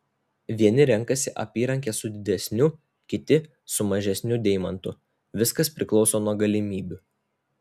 vieni renkasi apyrankę su didesniu kiti su mažesniu deimantu viskas priklauso nuo galimybių